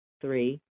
three